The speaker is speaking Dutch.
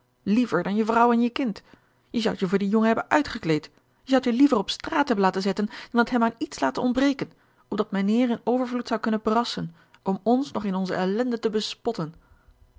liever dan je vrouw en je kind je zoudt je voor dien jongen hebben uitgekleed je zoudt je liever op straat hebben laten zetten dan het hem aan iets laten ontbreken opdat mijnheer in overvloed zou kunnen brassen om ons nog in onze ellende te bespotten